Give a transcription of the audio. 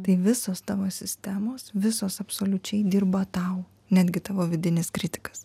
tai visos tavo sistemos visos absoliučiai dirba tau netgi tavo vidinis kritikas